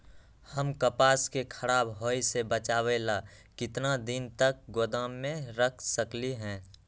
हम कपास के खराब होए से बचाबे ला कितना दिन तक गोदाम में रख सकली ह?